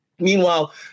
Meanwhile